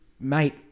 mate